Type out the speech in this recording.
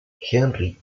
henry